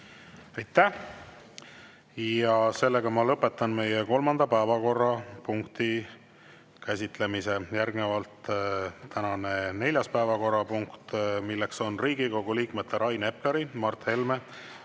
Aitäh! Ma lõpetan meie kolmanda päevakorrapunkti käsitlemise. Järgnevalt tänane neljas päevakorrapunkt, milleks on Riigikogu liikmete Rain Epleri, Mart Helme